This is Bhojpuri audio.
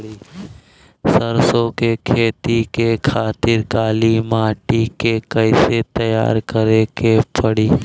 सरसो के खेती के खातिर काली माटी के कैसे तैयार करे के पड़ी?